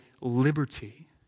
liberty